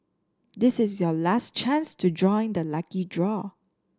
this is your last chance to join the lucky draw